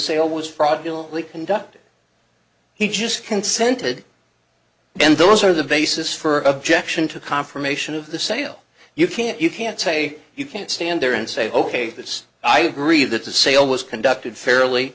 sale was fraudulently conducted he just consented and those are the basis for objection to confirmation of the sale you can't you can't say you can't stand there and say ok this i agree that the sale was conducted fairly